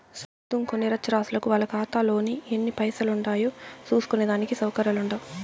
సదుంకోని నిరచ్చరాసులకు వాళ్ళ కాతాలో ఎన్ని పైసలుండాయో సూస్కునే దానికి సవుకర్యాలుండవ్